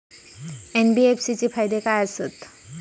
NBFC चे फायदे खाय आसत?